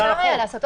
אפשר לעשות.